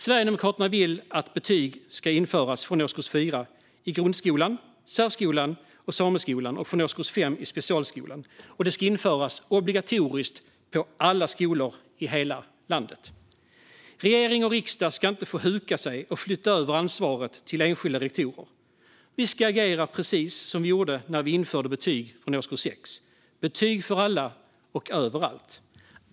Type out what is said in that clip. Sverigedemokraterna vill att betyg ska införas från årskurs 4 i grundskolan, särskolan och sameskolan och från årskurs 5 i specialskolan, obligatoriskt och på alla skolor i hela landet. Regering och riksdag ska inte få huka sig och flytta över ansvaret till enskilda rektorer. Vi ska agera precis som vi gjorde när vi införde betyg från årskurs 6 - betyg för alla och överallt.